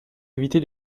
éviter